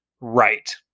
Right